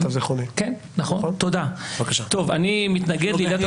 אני מתנגד לעילת